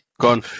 gone